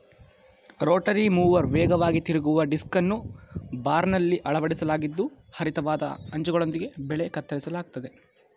Rotary mower ವೇಗವಾಗಿ ತಿರುಗುವ ಡಿಸ್ಕನ್ನು ಬಾರ್ನಲ್ಲಿ ಅಳವಡಿಸಲಾಗಿದ್ದು ಹರಿತವಾದ ಅಂಚುಗಳೊಂದಿಗೆ ಬೆಳೆ ಕತ್ತರಿಸಲಾಗ್ತದೆ